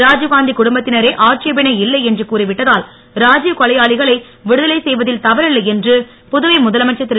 ராஜீவ்காந்தி குடும்பத்தினரே ஆட்சேபனை இல்லை என்று கூறிவிட்டதால் ராஜீவ் கொலையாளிகளை விடுதலை செய்வதில் தவறில்லை என்று புதுவை முதலமைச்சர் திரு